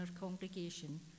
congregation